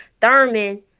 Thurman